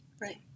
Right